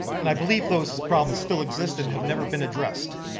and i believe those problems still exist and have never been addressed.